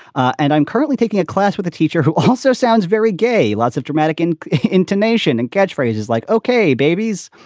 and i'm currently taking a class with a teacher who also sounds very gay. lots of dramatic in intonation and catch phrases like ok, babies,